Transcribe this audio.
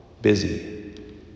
busy